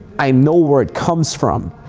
i know where it comes from.